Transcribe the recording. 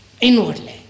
inwardly